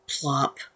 plop